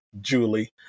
Julie